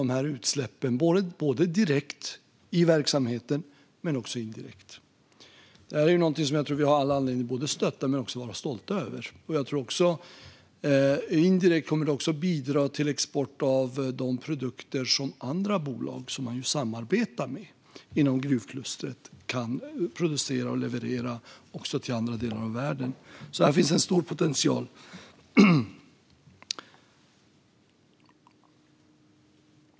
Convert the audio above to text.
Det gäller både LKAB och till exempel Boliden. Det här är någonting som jag tror att vi har all anledning att både stötta och vara stolta över. Jag tror också att det indirekt kommer att bidra till export av de produkter som andra bolag som man samarbetar med inom gruvklustret kan producera och leverera även till andra delar av världen. Här finns alltså en stor potential.